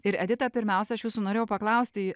ir edita pirmiausia aš jūsų norėjau paklausti